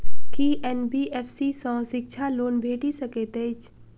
की NBFC सँ शिक्षा loan भेटि सकैत अछि?